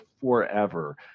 forever